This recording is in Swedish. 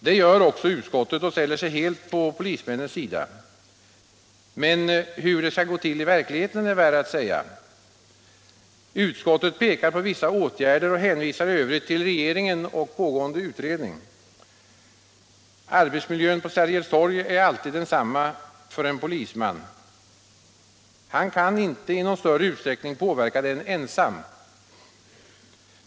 Det gör också utskottet och ställer sig helt på polismännens sida. Men hur det skall gå till i verkligheten är värre att säga. Utskottet pekar på vissa åtgärder och hänvisar i övrigt till regeringen och pågående utredning. Arbetsmiljön på Sergels Torg är alltid densamma för en polisman. Han kan inte i någon större utsträckning påverka den ensam.